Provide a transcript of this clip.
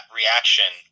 reaction